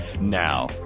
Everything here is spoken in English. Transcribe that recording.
Now